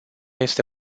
este